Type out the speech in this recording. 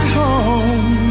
home